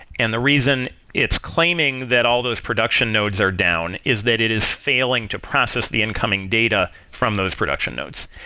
and the reason it's claiming that all those production nodes are down is that it is failing to process the incoming data from those production nodes.